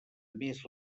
més